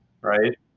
right